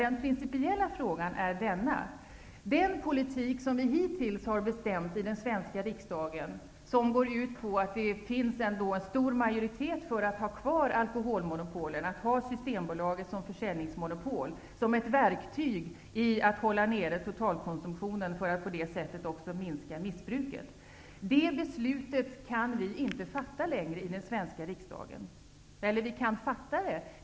Den principiella frågan är följande. Den politik som den svenska riksdagen hittills har beslutat om -- som går ut på att det finns en stor majoritet för att ha kvar alkoholmonopol, att Systembolaget skall ha ett försäljningsmonopol och att detta skall utgöra ett verktyg för att hålla nere totalkonsumtionen och på så sätt minska missbruket -- går det inte längre att fatta beslut om. Vi kan i och för sig fatta beslut.